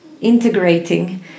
integrating